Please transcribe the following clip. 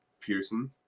Pearson